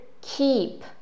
keep